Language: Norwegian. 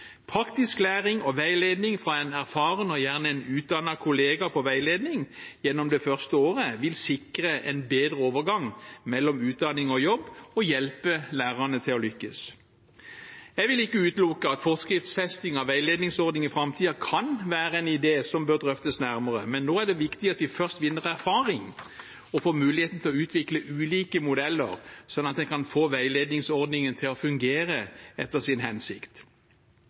Praktisk læring og veiledning fra en erfaren og gjerne en utdannet kollega innen veiledning det første året vil sikre en bedre overgang mellom utdanning og jobb og hjelpe lærerne til å lykkes. Jeg vil ikke utelukke at forskriftsfesting av veiledningsordningen i framtiden kan være en idé som bør drøftes nærmere, men nå er det viktig at vi først vinner erfaring og får muligheten til å utvikle ulike modeller, slik at en kan få veiledningsordningen til å fungere etter sin hensikt.